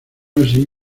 así